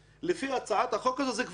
לפי הצעת החוק הזאת, זה כבר לא.